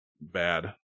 bad